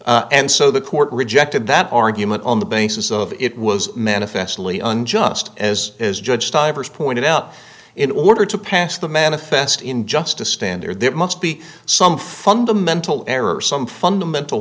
and so the court rejected that argument on the basis of it was manifestly unjust as as judge stivers pointed out in order to pass the manifest injustice standard that must be some fundamental error or some fundamental